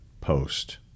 Post